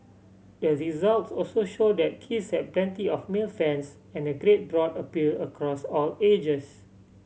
the results also show that Kiss have plenty of male fans and a great broad appeal across all ages